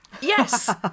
Yes